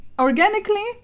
organically